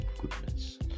goodness